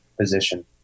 position